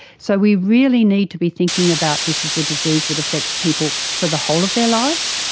so we really need to be thinking about this as a disease that affects people for the whole of their lives,